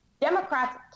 Democrats